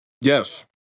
Yes